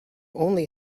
only